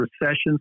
recessions